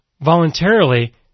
voluntarily